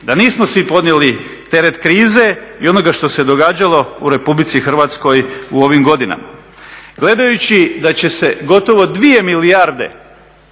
da nismo svi podijeli teret krize i onoga što se događalo u RH u ovim godinama. Gledajući da će se gotovo 2 milijarde